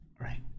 Right